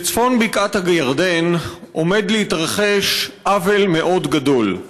בצפון בקעת הירדן עומד להתרחש עוול מאוד גדול.